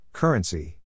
Currency